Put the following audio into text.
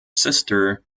sister